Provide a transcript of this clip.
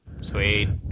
Sweet